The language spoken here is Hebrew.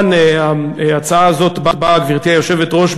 גברתי היושבת-ראש,